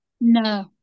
No